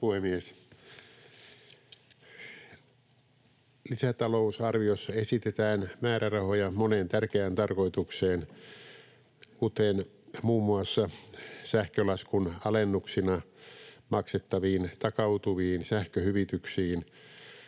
Lisätalousarviossa esitetään määrärahoja moneen tärkeään tarkoitukseen, kuten muun muassa sähkölaskun alennuksina maksettaviin takautuviin sähköhyvityksiin,